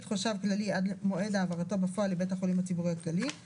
חשב כללי עד מועד העברתו בפועל לבית החולים הציבורי הכללי; (2)